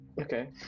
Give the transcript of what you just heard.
Okay